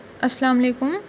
اَسلامُ علیکُم